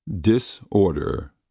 DISORDER